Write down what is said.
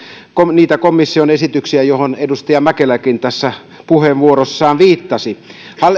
niitä komission esityksiä joihin edustaja mäkeläkin tässä puheenvuorossaan viittasi